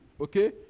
Okay